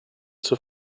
zur